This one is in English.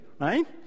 right